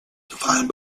defined